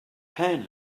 pan